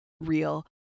real